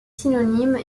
synonymes